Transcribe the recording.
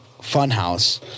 funhouse